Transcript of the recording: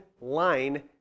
line